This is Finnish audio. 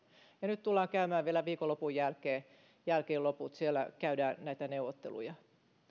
ja nyt tullaan käymään läpi vielä viikonlopun jälkeen jälkeen loput siellä käydään näitä neuvotteluja he